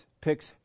picks